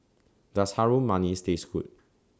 Does Harum Manis Taste Good